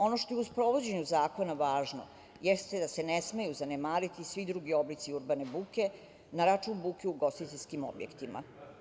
Ono što je u sprovođenju zakona važno jeste da se ne smeju zanemariti svi drugi oblici urbane buke na račun buke u ugostiteljskim objektima.